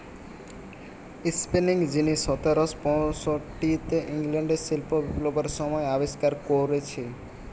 spinning যিনি সতেরশ পয়ষট্টিতে ইংল্যান্ডে শিল্প বিপ্লবের সময় আবিষ্কার কোরেছে